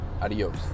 Adios